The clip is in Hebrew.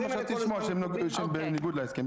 זה מה שרציתי לשמוע שזה בניגוד להסכם.